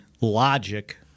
logic –